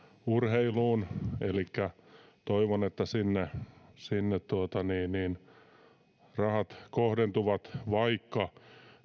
urheiluun elikkä toivon että sinne rahat kohdentuvat vaikka